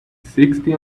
sixty